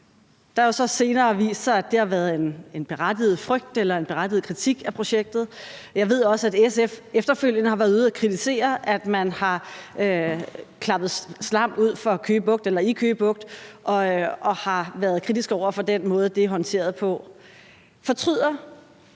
Det har jo så senere vist sig, at det har været en berettiget frygt eller en berettiget kritik af projektet. Jeg ved også, at SF efterfølgende har været ude at kritisere, at man har klappet slam i Køge Bugt, og har været kritisk over for den måde, det er håndteret på. Fortryder